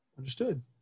understood